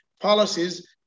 Policies